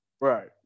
Right